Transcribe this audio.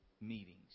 meetings